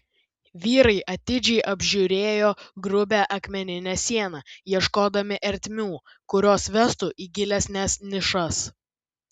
vyrai atidžiai apžiūrėjo grubią akmeninę sieną ieškodami ertmių kurios vestų į gilesnes nišas